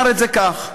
אומר את זה כך: